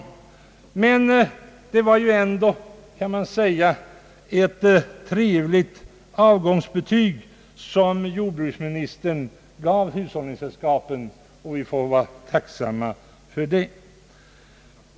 Det var ändå ett trevligt avgångsbetyg som jordbruksministern gav hushållningssällskapen, och vi får vara tacksamma för det.